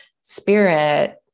spirit